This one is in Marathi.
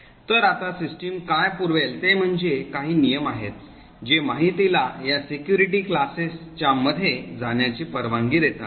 तर आता सिस्टम काय पुरवेल ते म्हणजे काही नियम आहेत जे माहितीला या सिक्युरिटी क्लासेस च्या मध्ये जाण्याची परवानगी देतात